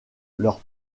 leur